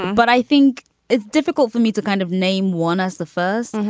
but i think it's difficult for me to kind of name one as the first.